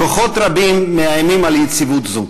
כוחות רבים מאיימים על יציבות זו.